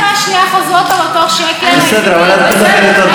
אבל אני מקריאה מהכותרת בעיתון ידיעות אחרונות.